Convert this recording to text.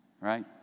right